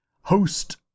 host